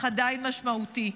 אך עדיין משמעותי.